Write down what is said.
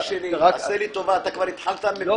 אמרתי זאת ואמרתי בדיון הקודם והאמן לי שאני החוצץ כי אם אני